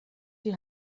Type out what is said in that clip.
die